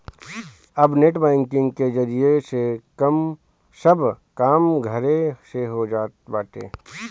अब net banking के जरिया से सब काम घरे से हो जात बाटे